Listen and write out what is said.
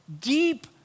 deep